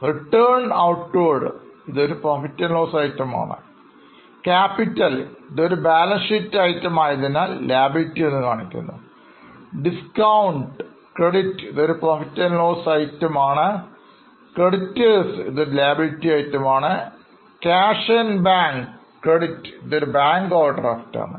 Return outward ഇതുമൊരു Profit loss item ആണ് Capital ഇതൊരു Balance sheet item ആയതിനാൽ Liability ൽ കാണിക്കുന്നു Discount Cr ഇതൊരു PL item ആണ് Creditors ഇതൊരു Liability item ആണ് Cash at bank ഇതൊരു Bank Overdraft ആണ്